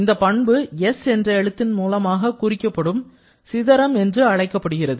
இந்தப் பண்பு S என்ற எழுத்தின் மூலமாக குறிக்கப்படும் சிதறம் என்று அழைக்கப்படுகிறது